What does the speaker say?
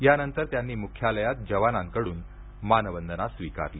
यानंतर त्यांनी मुख्यालयात जवानांकडून मानवंदना स्वीकारली